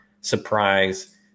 surprise